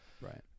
right